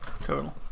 total